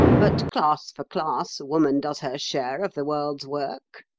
but, class for class, woman does her share of the world's work.